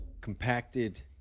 compacted